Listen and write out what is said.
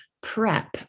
prep